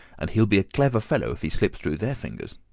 and he'll be a clever fellow if he slips through their fingers.